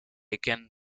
again